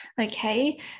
okay